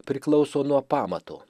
priklauso nuo pamato